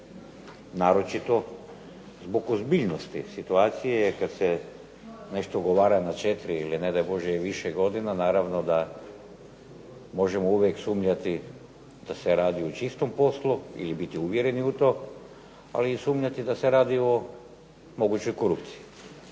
naročito zbog ozbiljnosti situacije, jer kad se nešto ugovara na četiri ili ne daj Bože više godina, naravno da možemo uvijek sumnjati da se radi o čistom poslu, ili biti uvjereni u tom, ali i sumnjati da se radi o mogućoj korupciji,